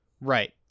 Right